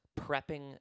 prepping